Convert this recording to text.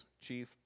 Chief